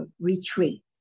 retreat